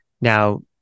now